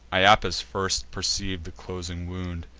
iapis first perceiv'd the closing wound,